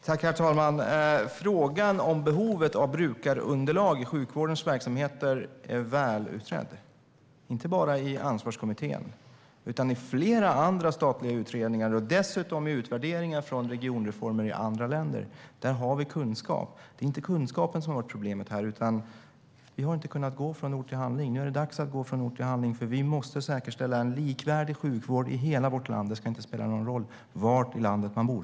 Herr talman! Frågan om behovet av brukarunderlag i sjukvårdens verksamheter är välutredd, inte bara i Ansvarskommittén utan även i flera andra statliga utredningar och dessutom i utvärderingar från regionreformer i andra länder. Där har vi kunskap. Det är inte bristen på kunskap som har varit problemet, utan att vi inte har kunnat gå från ord till handling. Nu är det dags att gå från ord till handling, för vi måste säkerställa en likvärdig sjukvård i hela vårt land. Det ska inte spela någon roll var i landet man bor.